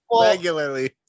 regularly